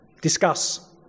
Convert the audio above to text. discuss